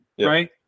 Right